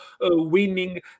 winning